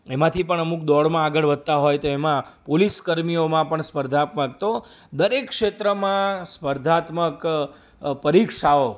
એમાંથી પણ અમુક દોડમાં આગળ વધતા હોય તો એમાં પોલીસકર્મીઓમાં પણ સ્પર્ધા પર તો દરેક ક્ષેત્રમાં સ્પર્ધાત્મક પરીક્ષાઓ